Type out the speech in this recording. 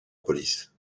police